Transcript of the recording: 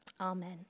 Amen